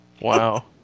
Wow